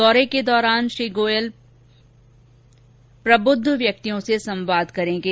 दौरे के दौरान श्री गोयल प्रभुद्व व्यक्तियों से संवाद करेंगे